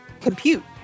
Compute